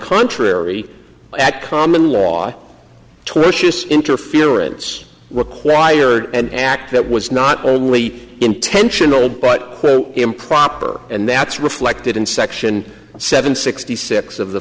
contrary that common law tortious interference required and act that was not only intentional but improper and that's reflected in section seven sixty six of the